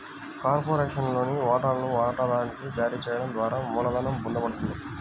కార్పొరేషన్లోని వాటాలను వాటాదారునికి జారీ చేయడం ద్వారా మూలధనం పొందబడుతుంది